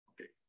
okay